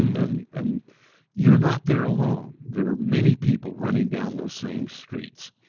and and you're not there alone. there are many people running down those same streets.